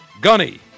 Gunny